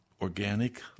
organic